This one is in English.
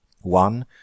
One